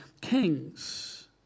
kings